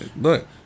look